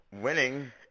Winning